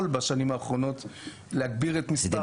בשנים האחרונות כדי להגדיל את מספר המסיימים.